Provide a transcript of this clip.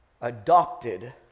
adopted